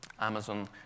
Amazon